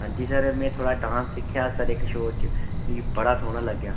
हांजी सर में थुआढ़ै डांस दिक्खेआ हा सर इक शो च मिगी बड़ा सोह्ना लग्गेआ